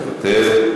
מוותר.